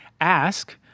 ask